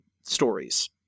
stories